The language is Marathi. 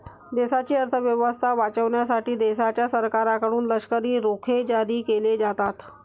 देशाची अर्थ व्यवस्था वाचवण्यासाठी देशाच्या सरकारकडून लष्करी रोखे जारी केले जातात